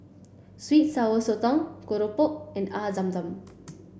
Sweet Sour Sotong Keropok and Air Zam Zam